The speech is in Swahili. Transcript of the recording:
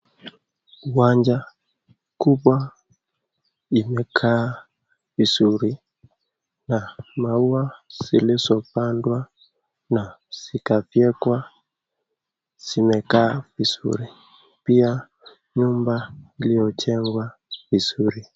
Uwanja kubwa limekaa vizuri na maua zilizopandwa na zikafyekwa zimekaa vizuri pia nyumba iliyojengwa vizuri.